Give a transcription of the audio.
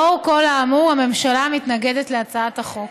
לאור כל האמור הממשלה מתנגדת להצעת החוק.